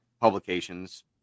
publications